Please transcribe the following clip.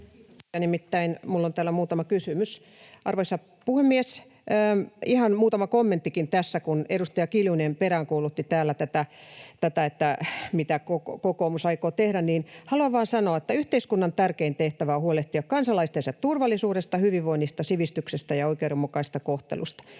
minulla on täällä muutama kysymys. Arvoisa puhemies! Ihan muutama kommenttikin tässä, kun edustaja Kiljunen peräänkuulutti täällä sitä, mitä kokoomus aikoo tehdä. Haluan vain sanoa, että yhteiskunnan tärkein tehtävä on huolehtia kansalaistensa turvallisuudesta, hyvinvoinnista, sivistyksestä ja oikeudenmukaisesta kohtelusta.